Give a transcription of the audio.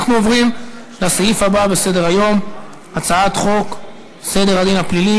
אנחנו עוברים לסעיף הבא בסדר-היום: הצעת חוק סדר הדין הפלילי